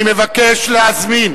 אני מבקש להזמין